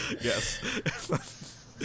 Yes